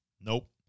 Nope